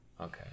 okay